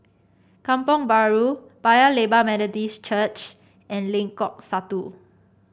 Kampong Bahru Paya Lebar Methodist Church and Lengkok Satu